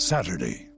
Saturday